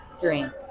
drink